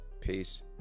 peace